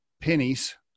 pennies